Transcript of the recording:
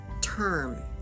term